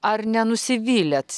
ar nenusivylėt